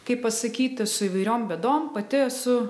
kaip pasakyti su įvairiom bėdom pati esu